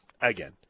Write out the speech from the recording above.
again